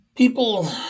People